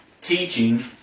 teaching